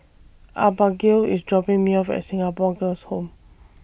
Abagail IS dropping Me off At Singapore Girls' Home